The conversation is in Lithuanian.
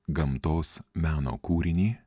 gamtos meno kūrinį